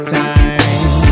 time